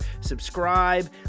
subscribe